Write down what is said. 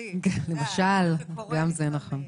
התקציב פעמיים כפי שקורה לפעמים.